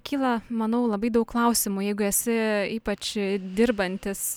kyla manau labai daug klausimų jeigu esi ypač dirbantis